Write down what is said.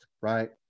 right